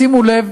שימו לב,